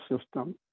System